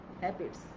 habits